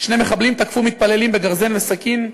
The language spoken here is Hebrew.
שני מחבלים תקפו מתפללים בגרזן וסכין,